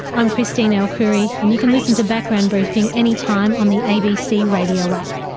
i'm christine el-khoury. and you can listen to background briefing any time on the abc radio app.